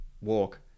walk